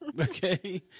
Okay